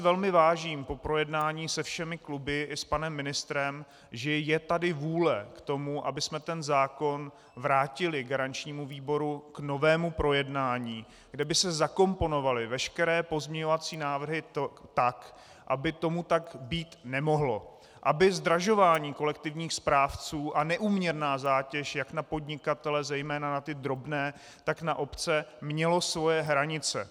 Velmi si vážím po projednání se všemi kluby i s panem ministrem, že je tady vůle k tomu, abychom zákon vrátili garančnímu výboru k novému projednání, kde by se zakomponovaly veškeré pozměňovací návrhy tak, aby tomu tak být nemohlo, aby zdražování kolektivních správců a neúměrná zátěž jak na podnikatele, zejména na ty drobné, tak na obce, mělo svoje hranice.